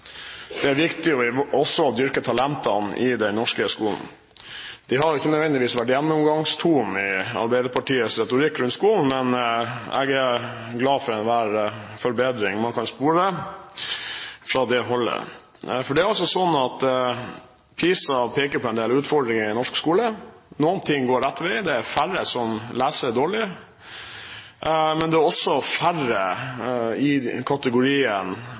også å dyrke talentene i den norske skolen. Det har ikke nødvendigvis vært gjennomgangstonen i Arbeiderpartiets retorikk rundt skolen, men jeg er glad for enhver forbedring man kan spore fra det holdet. Det er altså sånn at PISA peker på en del utfordringer i norsk skole. Noe går rett vei: Det er færre som leser dårlig. Men det er også færre i kategorien